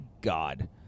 God